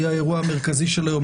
שהיא האירוע המרכזי של היום.